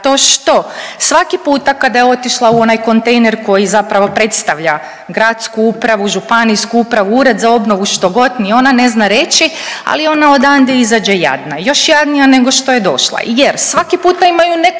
zato što svaki puta kada je otišla u onaj kontejner koji zapravo predstavlja gradsku upravu, županijsku upravu, ured za obnovu, što god, ni ona ne zna reći, ali ona odande izađe jadna, još jadnija nego što je došla jer svaki puta imaju neku